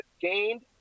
gained